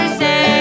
say